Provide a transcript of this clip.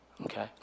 Okay